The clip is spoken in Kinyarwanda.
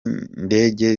ndege